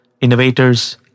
innovators